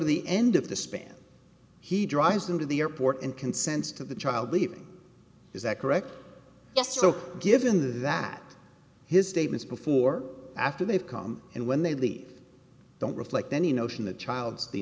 to the end of the span he drives them to the airport and consents to the child leaving is that correct yes so given that his statements before after they've come in when they leave don't reflect any notion the child